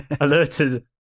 alerted